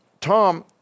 Tom